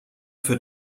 für